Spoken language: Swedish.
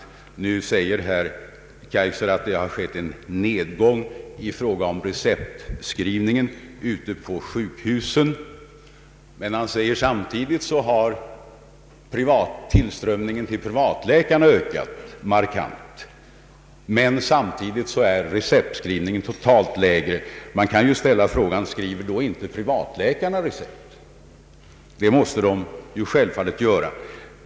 Herr Kaijser säger att det har skett en nedgång i fråga om receptskrivningen på sjukhusen, att tillströmningen till privatläkarna har ökat, att receptskrivningen totalt sett är mindre än tidigare. Man kan fråga: Skriver då inte privatläkarna recept? Det måste de självfallet göra.